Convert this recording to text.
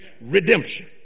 Redemption